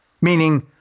meaning